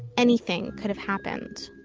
anything could have happened